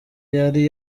yari